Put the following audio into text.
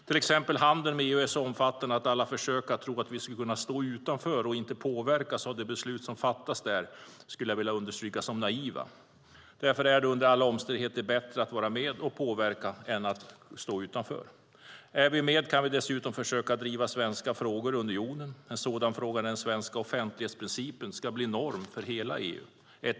Till exempel är handeln med EU så omfattande att alla försök att tro att vi skulle stå utanför och inte påverkas av de beslut som fattas där är naiva. Därför är det under alla omständigheter bättre att vara med och påverka än att stå utanför. Är vi med kan vi dessutom försöka driva svenska frågor i unionen. En sådan fråga är om den svenska offentlighetsprincipen ska bli norm för hela EU.